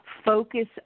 Focus